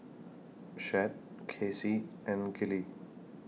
Chet Kacie and Gillie